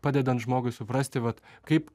padedant žmogui suprasti vat kaip